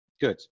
good